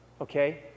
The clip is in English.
okay